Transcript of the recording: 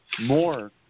more